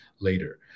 later